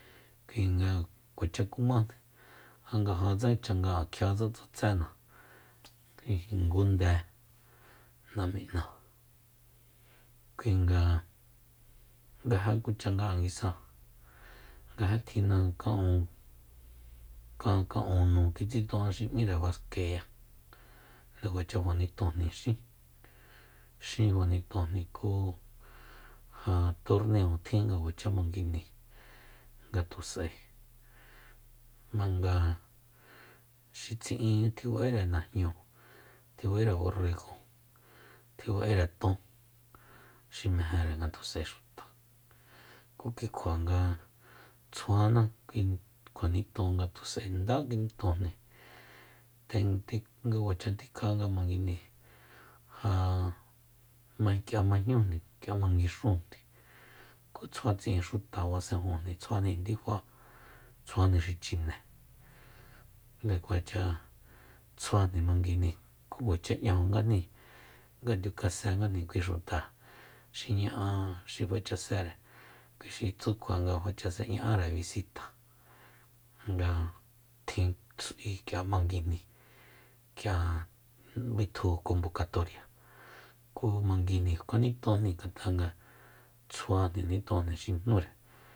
Kui nga kuacha kumana ja nga jatse changa'an kjiatse tsatséna ngun nde namin'a kuinga nga ja kuchanga'an nguisa nga ja tjinna ka'unkan ka'un nu kitsiton'an xi m¿óre baskeya nde kuacha fanitojni xín- xin fanitonjni ku ja torneo tjin nga kuacha manguijni ngatus'ae jmanga xi tsi'in tjiba'ere najñu tjiba'ere borrego tjiba'ere ton xi meje nga tu s'ae xuta ku kikjua nga tsjuana kui kjua niton nga tus'ae nda kinitonjni ten- nde nga kuacha tikja nga manguijni ja ma- k'ia majñújni k'ia manguixújni ku tsjua tsi'in xuta basejunjni tsjuajni ndifa tsjuajni xi chine nga kuacha tsjuajni manguijni ku kuacha 'ñajuníjni nga ndiukasengajni kui xuta xi ña'a xi fachasere kuixi tsú kjua nga fachase ña'are visita nga tjin s'ui k'ia manguijni kjianga bitju konbokatoria ku manguijni kuanitonjni ngat'a nga tsjuajni nitonjni xi jnúre